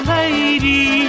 lady